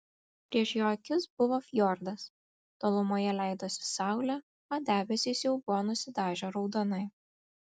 prieš jo akis buvo fjordas tolumoje leidosi saulė o debesys jau buvo nusidažę raudonai